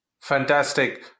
Fantastic